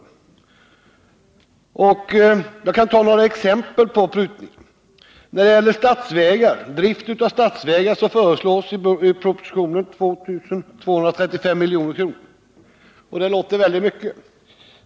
Jag kan anföra några exempel på prutningar. När det gäller drift av statens vägar föreslås i budgetpropositionen 2 235 milj.kr. Det låter mycket.